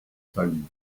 sound